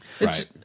Right